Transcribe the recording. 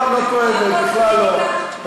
לא, לא כואבת, ואללה, לא הכול פוליטיקה?